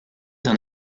d’un